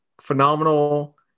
phenomenal